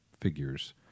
figures